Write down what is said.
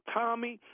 tommy